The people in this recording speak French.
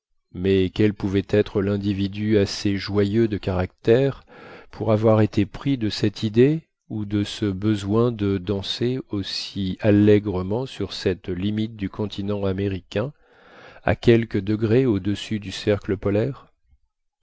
mais quel pouvait être l'individu assez joyeux de caractère pour avoir été pris de cette idée ou de ce besoin de danser aussi allègrement sur cette limite du continent américain à quelques degrés au-dessus du cercle polaire